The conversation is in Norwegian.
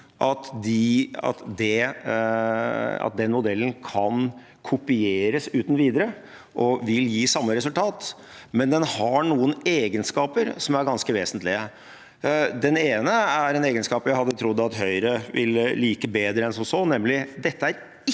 at den modellen kan kopieres uten videre og vil gi samme resultat, men den har noen egenskaper som er ganske vesentlige. Den ene er en egenskap jeg hadde trodd at Høyre ville like bedre enn som så, nemlig at dette ikke